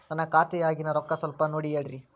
ನನ್ನ ಖಾತೆದಾಗಿನ ರೊಕ್ಕ ಸ್ವಲ್ಪ ನೋಡಿ ಹೇಳ್ರಿ